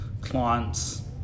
clients